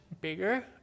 bigger